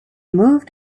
moved